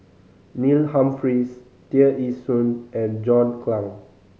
Neil Humphreys Tear Ee Soon and John Clang